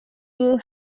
will